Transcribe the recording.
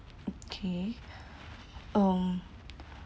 okay um